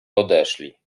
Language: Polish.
odeszli